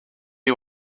you